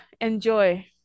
enjoy